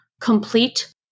complete